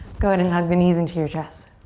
go ahead and hug the knees into your chest.